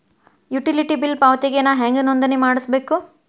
Utility bill ಪಾವತಿಗೆ ನಾ ಹೆಂಗ್ ನೋಂದಣಿ ಮಾಡ್ಸಬೇಕು?